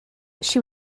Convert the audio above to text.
she